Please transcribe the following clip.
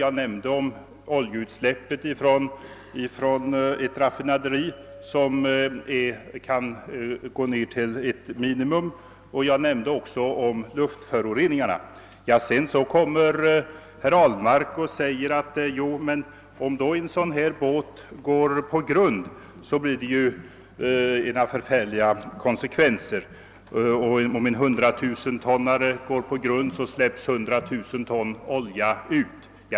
Jag nämnde att oljeutsläppet från ett raffinaderi kan gå ned till ett minimum, och jag nämnde också luftföroreningarna. Sedan säger herr Ahlmark att om en sådan båt går på grund, blir det förfärliga konsekvenser; om en hundratusentonnare går på grund, släpps 100 000 ton olja ut.